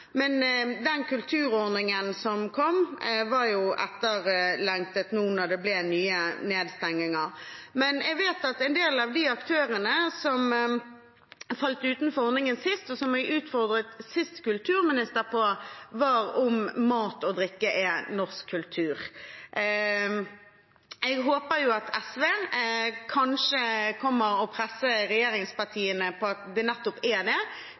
den kulturordningen som kom. Den var jo etterlengtet, nå som det ble nye nedstengninger, men spørsmålet gjelder en del av de aktørene som falt utenfor ordningen sist, og som jeg utfordret forrige kulturminister på, dvs. om mat og drikke er norsk kultur. Jeg håper at SV kanskje kommer til å presse regjeringspartiene på at det nettopp er